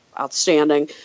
outstanding